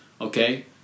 okay